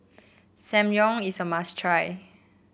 samgyeo is a must try